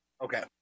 okay